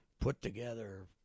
put-together